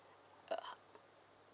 (uh huh)